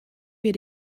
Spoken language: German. wir